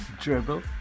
Dribble